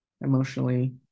emotionally